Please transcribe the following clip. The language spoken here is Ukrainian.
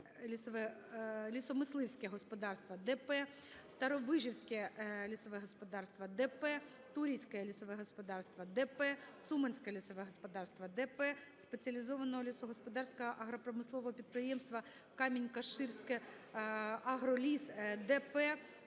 лісомисливське господарство", ДП "Старовижівське лісове господарство", ДП "Турійське лісове господарство", ДП "Цуманське лісове господарство", ДП спеціалізованого лісогосподарського агропромислового підприємства "Камінь-Каширськагроліс", ДП